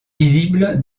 visible